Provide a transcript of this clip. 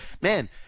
man